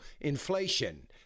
inflation